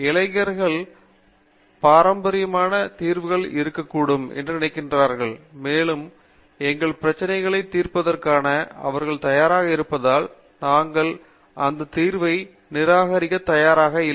இளைஞர்கள் பாரம்பரியமான தீர்வுகள் இருக்கக்கூடும் என்று நினைக்கிறார்கள் மேலும் எங்கள் பிரச்சினைகளைத் தீர்ப்பதற்காக அவர்கள் தயாராக இருப்பதால் நாங்கள் அந்த தீர்வை நிராகரிக்க தயாராக இல்லை